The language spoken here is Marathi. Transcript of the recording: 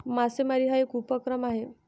मासेमारी हा एक उपक्रम आहे